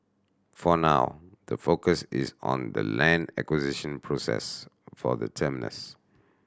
for now the focus is on the land acquisition process for the terminus